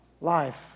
life